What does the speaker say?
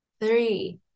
three